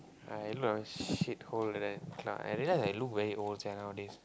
I look like shit hole like that cannot I realise I look very old sia nowadays